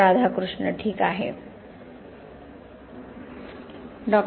राधाकृष्ण ठीक आहे डॉ